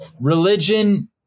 religion